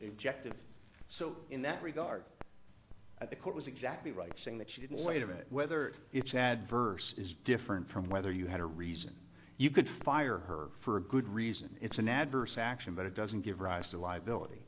executive so in that regard at the court was exactly right saying that she didn't wait a minute whether it's adverse is different from whether you had a reason you could fire her for a good reason it's an adverse action but it doesn't give rise to li